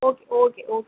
okay okay okay